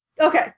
Okay